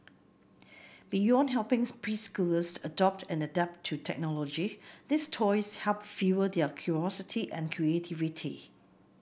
beyond helping preschoolers adopt and adapt to technology these toys help fuel their curiosity and creativity